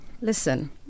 Listen